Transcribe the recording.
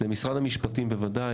משרד המשפטים בוודאי,